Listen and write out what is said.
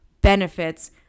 benefits